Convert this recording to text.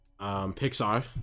Pixar